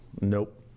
Nope